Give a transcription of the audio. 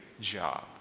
job